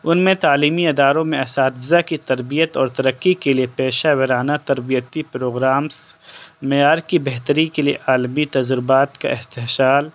ان میں تعلیمی اداروں میں اساتذہ کی تربیّت اور ترقّی کے لیے پیشہ ورانہ تربیتی پروگرامس معیار کی بہتری کے لیے عالمی تجربات کا استحصال